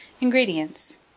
Ingredients